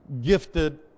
gifted